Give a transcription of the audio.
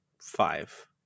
five